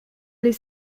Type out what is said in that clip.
les